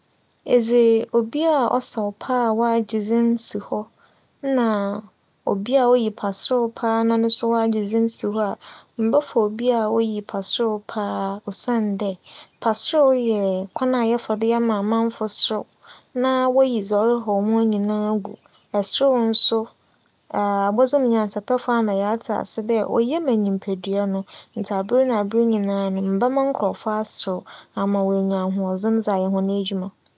Edze obi a ͻsaw paa ͻagye dzin si hͻ, nna obi a oyi paserew paa na no so ͻagye dzin paa si hͻ a, mebɛfa obi a oyi paserew paa osiandɛ paserew yɛ kwan a yɛfa do ma amamfo serew na woyi dza ͻrehaw hͻn nyinara gu na serew so, abͻdzemunyansapɛfo ama yɛatse ase dɛ oye ma nyimpa dua no ntsi aber na aber nyinara mebɛma nkorͻfo aserew ma woenya ahoͻdzen dze ayɛ hͻn edwuma.